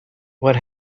what